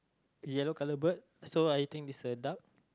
yellow colour bird so I think it's a duck